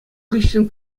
хыҫҫӑн